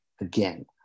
again